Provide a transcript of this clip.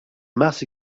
mars